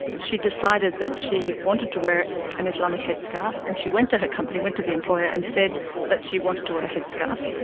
she decided that she wanted to wear an islamic headscarf, and she went to her company, went to the employer and said that she wanted to wear a headscarf.